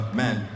man